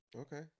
Okay